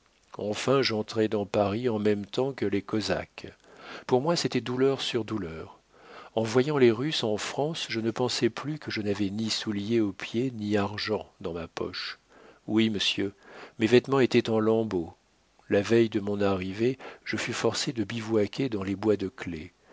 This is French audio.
enfin j'entrai dans paris en même temps que les cosaques pour moi c'était douleur sur douleur en voyant les russes en france je ne pensais plus que je n'avais ni souliers aux pieds ni argent dans ma poche oui monsieur mes vêtements étaient en lambeaux la veille de mon arrivée je fus forcé de bivouaquer dans les bois de